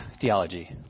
theology